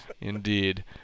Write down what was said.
Indeed